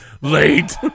Late